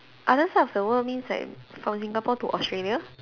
other side of the world means like from Singapore to Australia